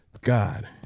God